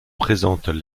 présentent